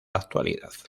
actualidad